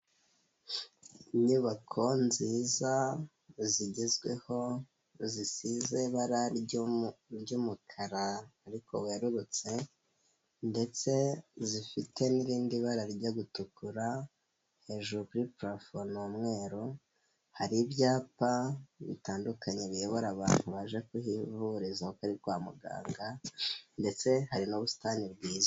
Inyubako nziza zigezweho zisize ibara ry'umukara ariko werurutse ndetse zifite n'irindi bara ryo gutukura hejuru kuri parafo ni umweru, hari ibyapa bitandukanye biyobora abantu baje kuhivuriza ko ari kwa muganga ndetse hari n'ubusitani bwiza.